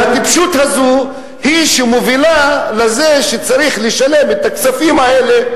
והטיפשות הזו היא שמובילה לזה שצריך לשלם את הכספים האלה,